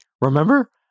remember